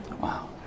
Wow